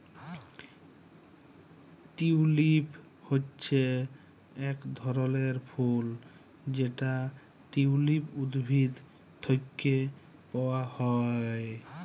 tulip হচ্যে এক ধরলের ফুল যেটা টিউলিপ উদ্ভিদ থেক্যে পাওয়া হ্যয়